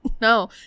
No